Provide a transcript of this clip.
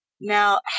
Now